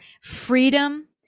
freedom